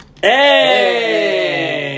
Hey